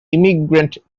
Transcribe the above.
immigrant